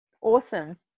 awesome